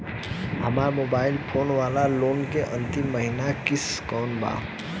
हमार mobile phone वाला loan के अंतिम महिना किश्त कौन बा?